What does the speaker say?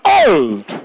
old